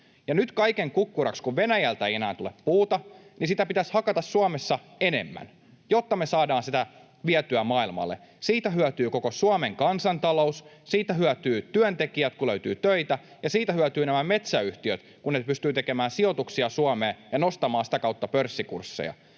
Ja nyt kaiken kukkuraksi, kun Venäjältä ei enää tule puuta, sitä pitäisi hakata Suomessa enemmän, jotta me saadaan sitä vietyä maailmalle. Siitä hyötyy koko Suomen kansantalous, siitä hyötyvät työntekijät, kun löytyy töitä, ja siitä hyötyvät nämä metsäyhtiöt, kun ne pystyvät tekemään sijoituksia Suomeen ja nostamaan sitä kautta pörssikursseja.